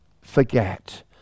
forget